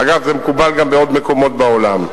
אגב, זה מקובל גם בעוד מקומות בעולם.